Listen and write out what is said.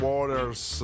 Waters